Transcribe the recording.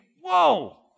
whoa